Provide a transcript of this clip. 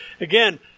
Again